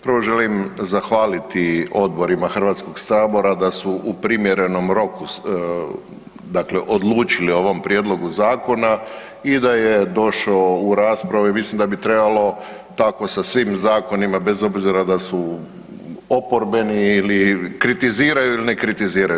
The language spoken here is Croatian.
Prvo želim zahvaliti odborima Hrvatskog sabora da su u primjerenom roku, dakle odlučili o ovom prijedlogu zakona i da je došao u raspravu i mislim da bi trebalo tako sa svim zakonima bez obzira da li su oporbeni ili kritiziraju ili ne kritiziraju.